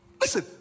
Listen